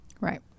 Right